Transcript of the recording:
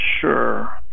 sure